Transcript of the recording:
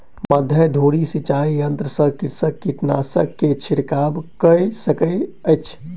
मध्य धूरी सिचाई यंत्र सॅ कृषक कीटनाशक के छिड़काव कय सकैत अछि